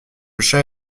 chat